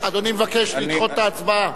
אדוני מבקש לדחות את ההצבעה.